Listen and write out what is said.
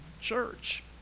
church